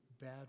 bad